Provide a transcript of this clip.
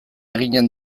eginen